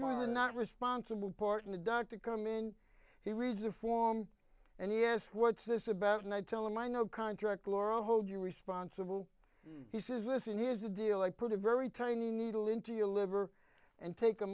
are not responsible port in the dock to come in here is a form and he asked what's this about and i tell him i know contract laurel hold you responsible he says listen here's the deal i put a very tiny needle into your liver and take a